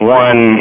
one